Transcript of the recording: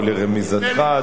או לרמיזתך,